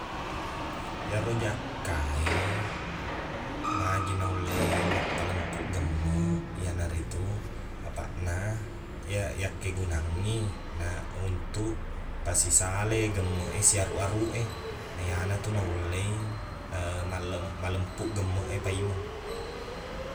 Iyaro jakka e magi naulle mappalempuq gemmeq iyana ritu apaqna iya yakkegunangngi na untuk pasisalai gemmeq e siaruq-aruq e naiyana tu naulle i mallem- mallempuq gemmeq e paimeng